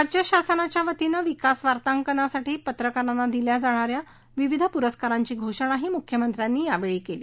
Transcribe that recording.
राज्य शासनाच्यावतीने विकास वार्तांकनासाठी पत्रकारांना दिल्या जाणाऱ्या विविध पुरस्कारांचीही घोषणा मुख्यमंत्र्यांनी यावेळी केली